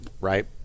right